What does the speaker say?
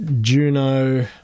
Juno